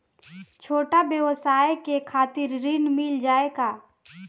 छोट ब्योसाय के खातिर ऋण मिल जाए का?